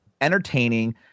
entertaining